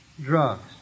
drugs